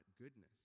goodness